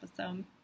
episode